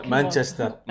Manchester